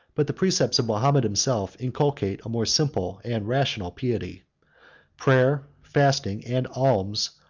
but the precepts of mahomet himself inculcates a more simple and rational piety prayer, fasting, and alms,